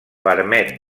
permet